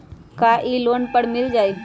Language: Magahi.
का इ लोन पर मिल जाइ?